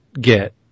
get